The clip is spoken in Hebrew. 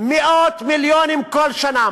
מאות מיליונים כל שנה.